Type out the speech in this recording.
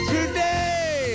Today